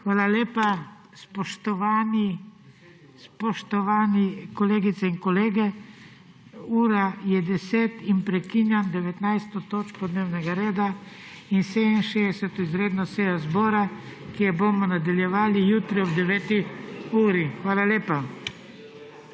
Hvala lepa. Spoštovane kolegice in kolegi, ura je 22 in prekinjam 19. točko dnevnega reda in 67. izredno sejo zbora, ki jo bomo nadaljevali jutri ob 9. uri. Hvala lepa.